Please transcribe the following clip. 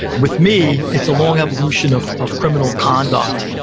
with me, it's a long evolution of of criminal conduct.